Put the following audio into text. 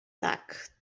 tak